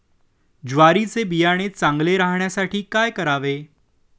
ज्वारीचे बियाणे चांगले राहण्यासाठी काय करावे?